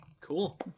Cool